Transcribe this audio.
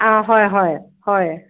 অঁ হয় হয় হয়